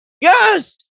yes